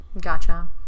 gotcha